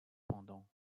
pendant